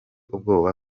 ubwoba